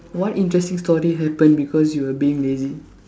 what interesting story happened because you were being lazy